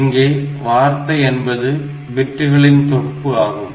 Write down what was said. இங்கே வார்த்தை என்பது பிட்டுகளின் தொகுப்பு ஆகும்